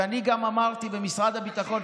ואני גם אמרתי במשרד הביטחון,